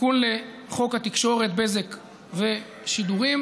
תיקון לחוק התקשורת (בזק ושידורים).